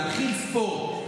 להנחיל ספורט,